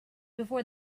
before